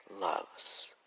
Loves